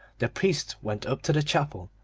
the priest went up to the chapel,